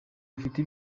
rufite